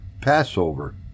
Passover